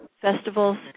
festivals